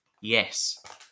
Yes